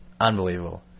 unbelievable